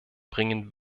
bringen